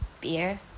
beer